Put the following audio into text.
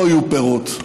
לא יהיו פירות,